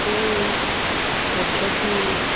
फूलके खेती